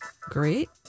great